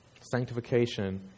Sanctification